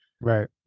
Right